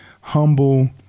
humble